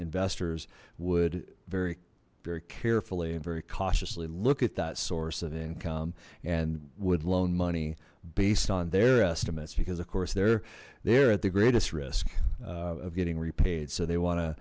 investors would very very carefully and very cautiously look at that source of income and would loan money based on their estimates because of course they're there at the greatest risk of getting repaid so they wan